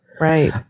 Right